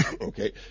okay